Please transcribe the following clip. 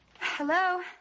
Hello